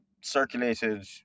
circulated